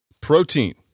Protein